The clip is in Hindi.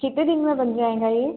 कितने दिन में बन जाएगा ये